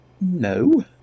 No